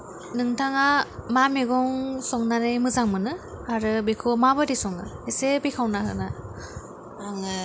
नोंथाङा मा मैगं संनानै मोजां मोनो आरो बेखौ माबोरै सङो एसे बेखेवना होना आङो